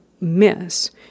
miss